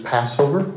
Passover